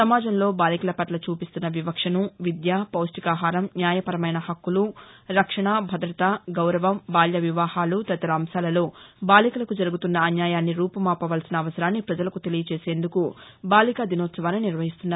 సమాజంలో బాలికలపట్ల చూపిస్తున్న వివక్షను విద్య పౌష్ణికాహారం న్యాయపరమైన హక్కులు రక్షణ భద్రత గౌరవం బాల్య వివాహాలు తదితర అంశాలలో బాలికలకు జరుగుతున్న అన్యాయాన్ని రూపుమాపవలసిన అవసరాన్ని ప్రజలకు తెలియచేసేందుకు బాలికా దినోత్పవాన్ని నిర్వహిస్తున్నారు